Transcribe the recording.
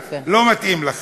לא מתאים לכם.